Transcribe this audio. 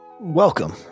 Welcome